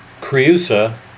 Creusa